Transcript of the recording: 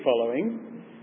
following